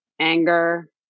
anger